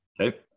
Okay